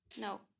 no